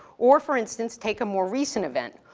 or, for instance, take a more recent event.